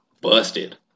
busted